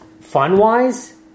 fun-wise